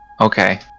Okay